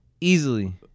Easily